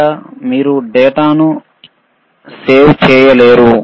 ఇక్కడ మీరు డేటాను సేవ్ చేయలేరు